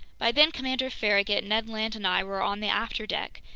by then commander farragut, ned land, and i were on the afterdeck,